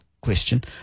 question